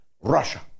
Russia